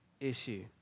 issue